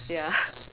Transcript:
ya